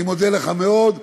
אני מודה לך מאוד,